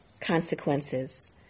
consequences